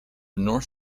north